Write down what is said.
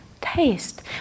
taste